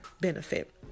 benefit